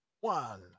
one